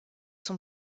son